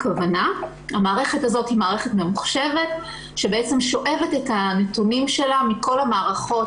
המערכת הזאת היא מערכת ממוחשבת שבעצם שואבת את הנתונים שלה מכל המערכות